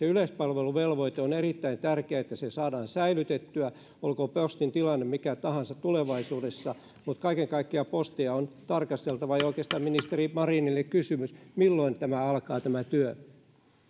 yleispalveluvelvoite on erittäin tärkeää että yleispalveluvelvoite saadaan säilytettyä olkoon postin tilanne mikä tahansa tulevaisuudessa mutta kaiken kaikkiaan postia on tarkasteltava ja oikeastaan ministeri marinille kysymys milloin tämä työ